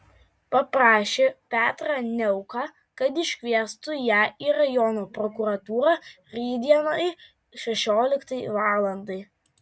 paprašė petrą niauką kad iškviestų ją į rajono prokuratūrą rytdienai šešioliktai valandai